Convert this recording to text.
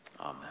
Amen